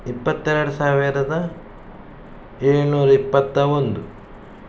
ಇಪ್ಪತ್ತೆರಡು ಸಾವಿರದ ಏಳ್ನೂರ ಇಪ್ಪತ್ತ ಒಂದು